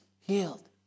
healed